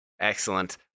Excellent